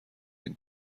این